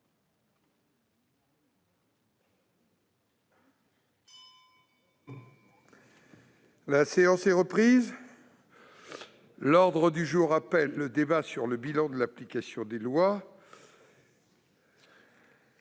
La séance est reprise. L'ordre du jour appelle le débat sur le bilan de l'application des lois